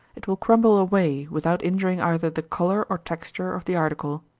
it will crumble away, without injuring either the color or texture of the article.